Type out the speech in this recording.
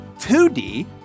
2D